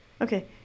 Okay